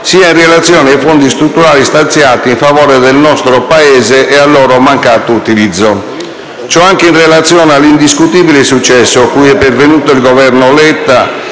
sia in relazione ai fondi strutturali stanziati in favore del nostro Paese e al loro mancato utilizzo. Ciò anche in relazione all'indiscutibile successo a cui è pervenuto il Governo Letta